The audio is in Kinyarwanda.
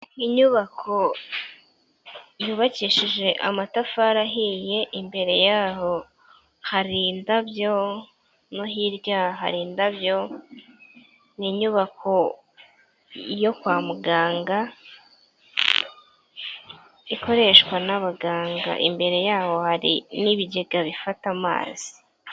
Inyubako yubakishije amatafari ahiye imbere yaho hari indabyo no hirya hari indabyo, ni inyubako yo kwa muganga ikoreshwa n'abaganga, imbere yaho hari n'ibigega bifata amazi.